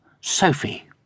Sophie